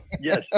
yes